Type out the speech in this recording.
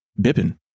Bippin